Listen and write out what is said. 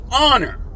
honor